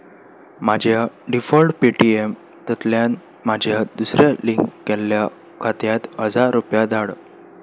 म्हज्या default Paytm तांतल्यान म्हाज्या दुसऱ्या लिंक केल्ल्या खात्यांत हजार रुपया धाड